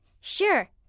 Sure